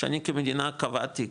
שאני כמדינה קבעתי,